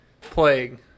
Plague